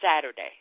Saturday